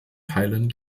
teilen